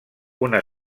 una